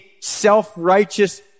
self-righteous